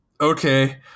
okay